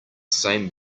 same